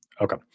Okay